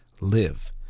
live